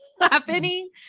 happening